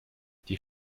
die